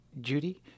Judy